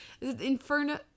Inferno